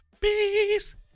Peace